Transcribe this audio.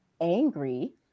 angry